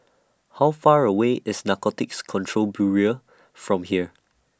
How Far away IS Narcotics Control Bureau from here